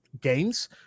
games